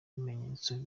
bimenyetso